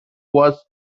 was